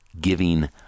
giving